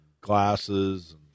glasses